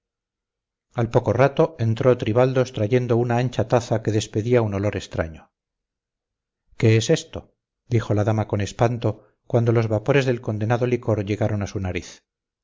al poco rato entró tribaldos trayendo una ancha taza que despedía un olor extraño qué es esto dijo la dama con espanto cuando los vapores del condenado licor llegaron a su nariz